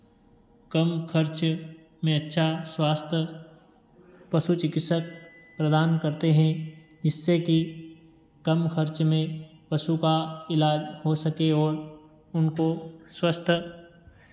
कम खर्च में अच्छा स्वास्थ्य पशु चिकित्सक प्रदान करते हैं जिससे कि कम खर्च में पशु का इलाज हो सके और उनको स्वस्थ